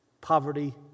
Poverty